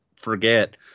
forget